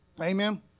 Amen